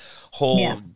whole